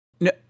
No